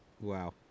Wow